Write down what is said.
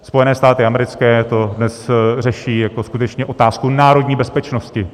Spojené státy americké to dnes řeší jako skutečně otázku národní bezpečnosti.